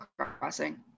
crossing